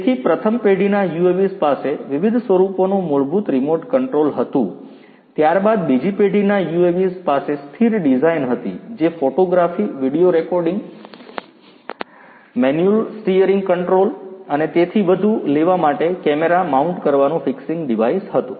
તેથી પ્રથમ પેઢીના UAVs પાસે વિવિધ સ્વરૂપોનું મૂળભૂત રીમોટ કંટ્રોલ હતું ત્યારબાદ બીજી પેઢીના UAVs પાસે સ્થિર ડિઝાઇન હતી જે photography video recording manual steering control અને તેથી વધુ લેવા માટે કેમેરા માઉન્ટ કરવાનું ફિક્સિંગ ડિવાઇસ હતું